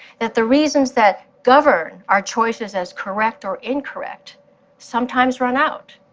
that the reasons that govern our choices as correct or incorrect sometimes run out,